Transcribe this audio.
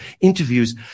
interviews